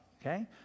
Okay